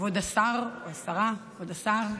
כבוד השר, או השרה, כבוד השר,